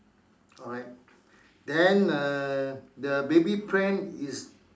alright then err the baby pram is